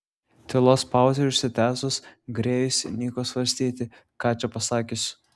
tylos pauzei užsitęsus grėjus įniko svarstyti ką čia pasakius